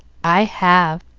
i have,